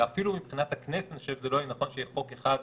אני חושב שאפילו מבחינת הכנסת זה לא יהיה נכון שיהיה חוק אחד,